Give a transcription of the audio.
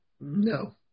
No